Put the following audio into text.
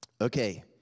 Okay